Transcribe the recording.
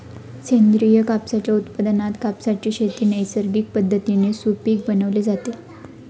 सेंद्रिय कापसाच्या उत्पादनात कापसाचे शेत नैसर्गिक पद्धतीने सुपीक बनवले जाते